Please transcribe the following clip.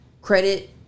credit